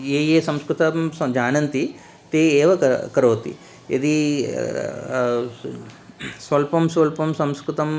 ये ये संस्कृतं स जानन्ति ते एव कर करोति यदि स्वल्पं स्वल्पं संस्कृतं